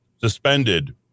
suspended